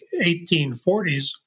1840s